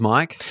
Mike